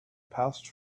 passed